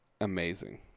amazing